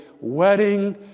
wedding